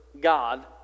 God